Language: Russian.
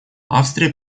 австрия